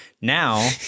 Now